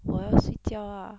我要睡觉 ah